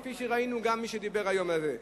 כפי ששמענו גם ממי שדיבר על זה היום.